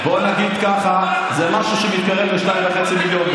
ככה: זה משהו שמתקרב ל-2.5 מיליון,